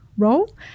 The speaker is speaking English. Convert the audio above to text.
role